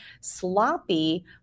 sloppy